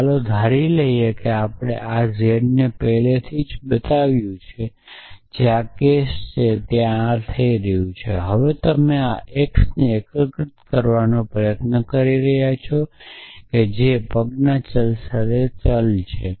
તો ચાલો ધારી લઈએ કે આપણે આ z ને પહેલેથી જ બનાવ્યું છે જે આ કેસ છે જ્યાં આ થઈ રહ્યું છે હવે તમે આ xને એકીકૃત કરવાનો પ્રયાસ કરી રહ્યા છો જે પગના ચલ સાથે ચલ છે